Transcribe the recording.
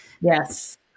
Yes